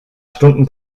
stunden